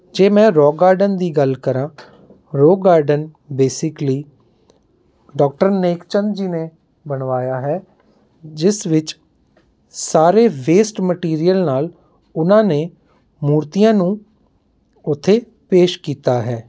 ਜੇ ਮੈਂ rock garden ਦੀ ਗੱਲ ਕਰਾਂ rock garden basically doctor Nek Chand ji ਨੇ ਬਣਵਾਇਆ ਹੈ ਜਿਸ ਵਿੱਚ ਸਾਰੇ ਵੇਸਟ ਮੈਟੀਰੀਅਲ ਨਾਲ਼ ਉਹਨਾਂ ਨੇ ਮੂਰਤੀਆਂ ਨੂੰ ਉੱਥੇ ਪੇਸ਼ ਕੀਤਾ ਹੈ